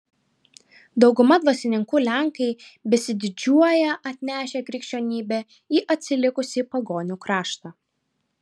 dauguma dvasininkų lenkai besididžiuoją atnešę krikščionybę į atsilikusį pagonių kraštą